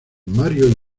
mario